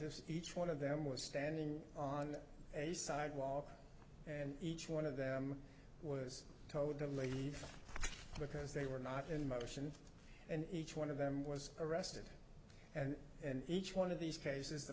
plaintiffs each one of them was standing on a sidewalk and each one of them was told to leave because they were not in motion and each one of them was arrested and in each one of these cases the